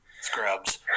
scrubs